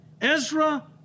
Ezra